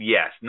Yes